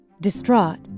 distraught